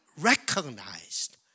recognized